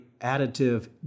additive